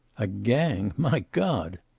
a gang! my god!